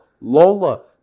Lola